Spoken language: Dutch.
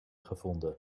gevonden